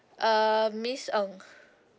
uh miss ng